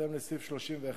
בהתאם לסעיף 31(ב)